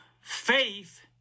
Faith